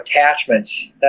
attachments